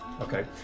okay